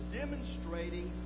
demonstrating